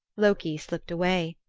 loki slipped away.